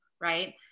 right